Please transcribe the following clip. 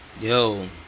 Yo